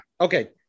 Okay